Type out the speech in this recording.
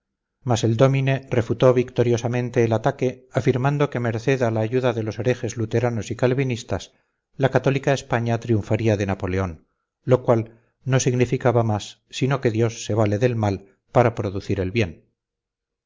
mas el dómine refutó victoriosamente el ataque afirmando que merced a la ayuda de los herejes luteranos y calvinistas la católica españa triunfaría de napoleón lo cual no significaba más sino que dios se vale del mal para producir el bien